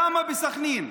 למה בסח'נין?